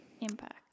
impact